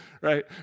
Right